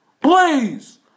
Please